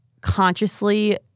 consciously